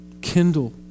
kindle